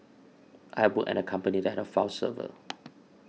I've worked at a company that had a file server